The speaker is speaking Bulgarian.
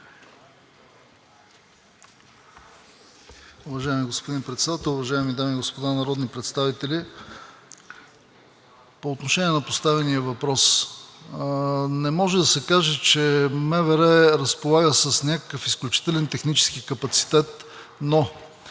Уважаеми господин Председател, уважаеми дами и господа народни представители, по отношение на поставения въпрос, не може да се каже, че МВР разполага с някакъв изключителен технически капацитет, но